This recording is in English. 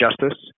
justice